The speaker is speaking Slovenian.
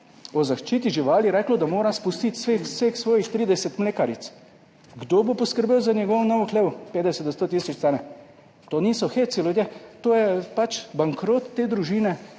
o zaščiti živali reklo, da mora spustiti v vseh svojih 30 mlekaric. Kdo bo poskrbel za njegov nov hlev, petdeset do sto tisoč stane? To niso heci, ljudje. To je pač bankrot te družine